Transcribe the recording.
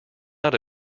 out